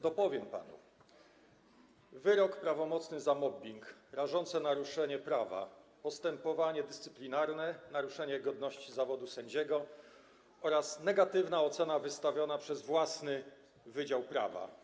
Dopowiem panu: wyrok prawomocny za mobbing, rażące naruszenie prawa, postępowanie dyscyplinarne, naruszenie godności zawodu sędziego oraz negatywna ocena wystawiona przez własny wydział prawa.